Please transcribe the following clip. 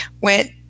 went